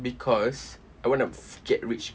because I want to get rich